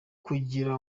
kugira